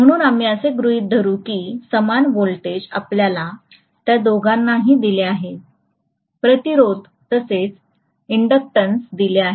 म्हणून आम्ही असे गृहित धरू की समान व्होल्टेज आपल्याला त्या दोघांनाही दिले आहे प्रतिरोध तसेच इंडक्टंस दिले आहे